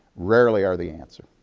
rarely are the answer.